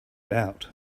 out